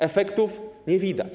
Efektów nie widać.